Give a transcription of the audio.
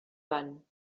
van